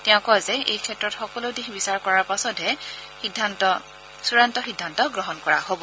তেওঁ কয় যে এইক্ষেত্ৰত সকলো দিশ বিচাৰ কৰাৰ পাছতহে চূড়ান্ত সিদ্ধান্ত গ্ৰহণ কৰা হব